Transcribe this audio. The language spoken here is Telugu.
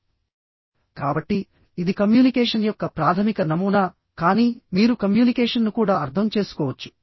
కాబట్టి ఇది కమ్యూనికేషన్ యొక్క ప్రాథమిక నమూనా కానీ మీరు కమ్యూనికేషన్ను కూడా అర్థం చేసుకోవచ్చు